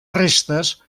restes